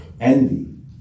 Envy